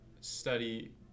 study